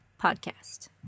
podcast